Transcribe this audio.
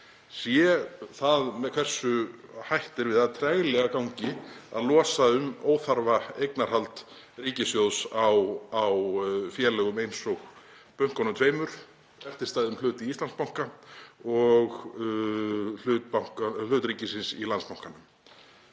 síðan sé hversu hætt er við að treglega gangi að losa um óþarfa eignarhald ríkissjóðs á félögum eins og bönkunum tveimur; eftirstæðum hlut í Íslandsbanka og hlut ríkisins í Landsbankanum.